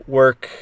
work